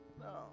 No